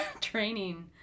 training